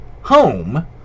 home